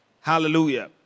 Hallelujah